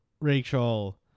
rachel